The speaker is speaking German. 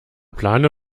plane